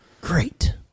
great